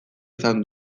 izan